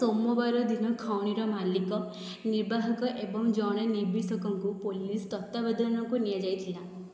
ସୋମବାର ଦିନ ଖଣିର ମାଲିକ ନିର୍ବାହକ ଏବଂ ଜଣେ ନିବେସକଙ୍କୁ ପୋଲିସ୍ ତତ୍ତ୍ୱାବଧାନକୁ ନିଆଯାଇଥିଲା